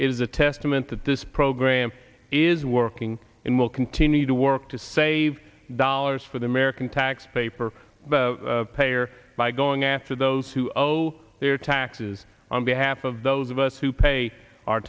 is a testament that this program is working in will continue to work to save dollars for the american taxpayer for the payer by going after those who owe their taxes on behalf of those of us who pay our